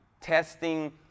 testing